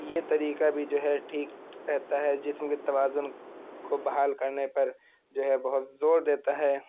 یہ طریکہ بھی جو ہے ٹھیک رہتا ہے جسم کے توازن کو بحال کرنے پر جو ہے بہت زور دیتا ہے